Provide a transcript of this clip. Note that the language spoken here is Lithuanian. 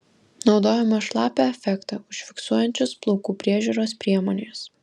naudojamos šlapią efektą užfiksuojančios plaukų priežiūros priemonės